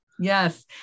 Yes